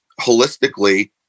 holistically